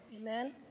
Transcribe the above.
Amen